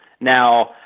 now